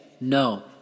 No